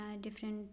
different